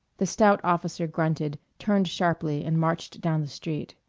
the stout officer grunted, turned sharply, and marched down the street.